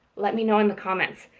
let me know in the comments.